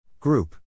Group